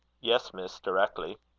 yes, miss, directly.